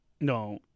No